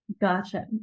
Gotcha